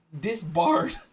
disbarred